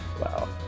Wow